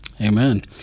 Amen